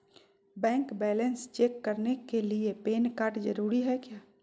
Bank balance check करने के लिए पैन कार्ड जरूरी है क्या?